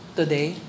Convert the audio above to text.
today